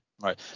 Right